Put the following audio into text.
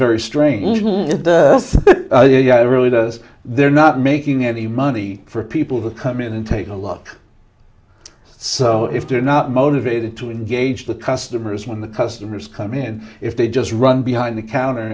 strange really does they're not making any money for people who come in and take a look so if they're not motivated to engage the customers when the customers come in if they just run behind the counter